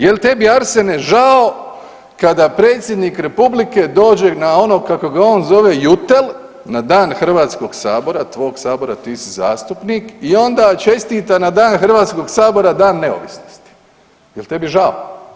Jel tebi Arsene žao kada predsjednik republike dođe na ono kako ga on zove jutel, na Dan Hrvatskog sabora, tvog sabora, ti si zastupnik i onda čestita na Dan Hrvatskog sabora, Dan neovisnosti, jel tebi žao?